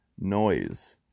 Noise